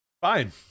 fine